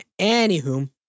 Anywho